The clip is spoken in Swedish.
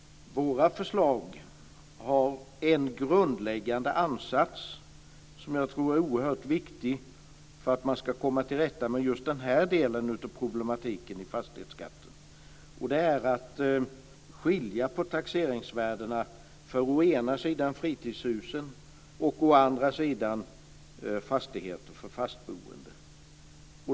Våra förslag har en grundläggande ansats som jag tror är oerhört viktig för att man ska komma till rätta med just den här delen av problematiken i fastighetsskatten, nämligen att skilja på taxeringsvärdena för å ena sidan fritidshusen och å andra sidan fastigheter för fastboende.